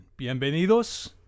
Bienvenidos